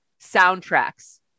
soundtracks